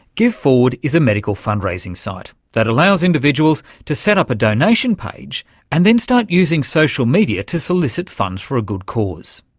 giveforward is a medical fundraising site that allows individuals to set up a donation page and then start using social media to solicit funds for a good cause.